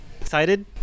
Excited